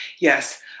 Yes